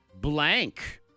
blank